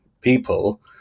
people